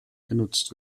genutzt